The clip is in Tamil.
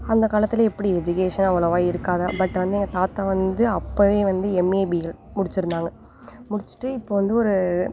அந்த காலத்தில் எப்படி எஜிகேஷன் அவ்வளவாக இருக்காது பட் வந்து எங்கள் தாத்தா வந்து அப்போவே வந்து எம்ஏ பிஎல் முடித்திருந்தாங்க முடித்துட்டு இப்போ வந்து ஒரு